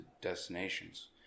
destinations